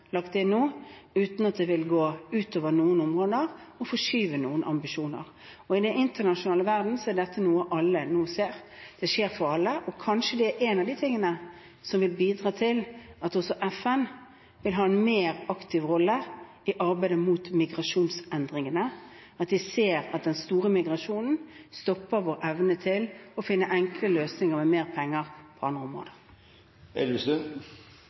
lagt inn nå – uten at det vil gå ut over noen områder og forskyve noen ambisjoner. I den internasjonale verdenen er dette noe alle nå ser. Det skjer for alle, og kanskje dette er noe som vil bidra til at også FN vil ha en mer aktiv rolle i arbeidet med migrasjonsendringene, at de ser at den store migrasjonen stopper vår evne til å finne enkle løsninger med mer penger til andre